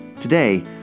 Today